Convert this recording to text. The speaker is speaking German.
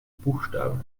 buchstaben